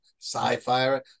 sci-fi